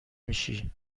میشی